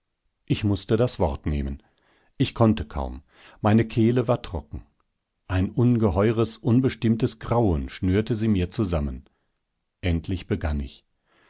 ich mußte das wort nehmen ich konnte kaum meine kehle war trocken ein ungeheures unbestimmtes grauen schnürte sie mir zusammen endlich begann ich